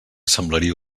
semblaria